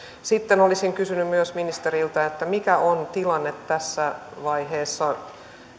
sitten olisin kysynyt myös ministeriltä mikä on tilanne tässä vaiheessa